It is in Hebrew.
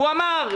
והוא אמר,